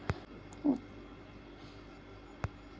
conveyor belt रेखीय दिशा में गति करते हैं जिससे सामान आगे बढ़ता है